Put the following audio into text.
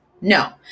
No